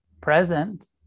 present